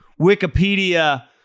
Wikipedia